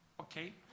okay